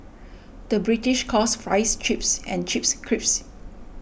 the British calls Fries Chips and Chips Crisps